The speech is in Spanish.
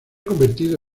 convertido